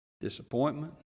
disappointment